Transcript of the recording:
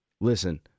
listen